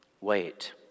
wait